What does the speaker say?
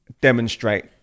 demonstrate